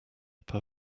per